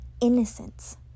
innocence